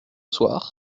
soir